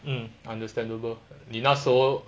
mm understandable 你那时候